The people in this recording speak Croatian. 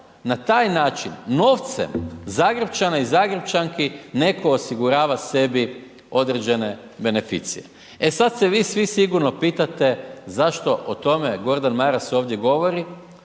na taj način novcem Zagrepčana i Zagrepčanki netko osigurava sebi određene beneficije. E sad se vi svi sigurno pitate, zašto o tome Gordan Maras ovdje govori